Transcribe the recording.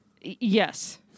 Yes